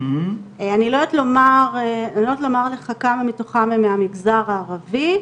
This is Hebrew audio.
אני לא יודעת לומר לך כמה מתוכם הם מהמגזר הערבי.